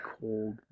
cold